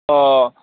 ꯑꯥ